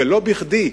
ולא בכדי,